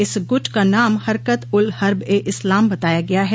इस गुट का नाम हरकत उल हर्ब ए इस्लाम बताया गया है